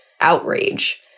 outrage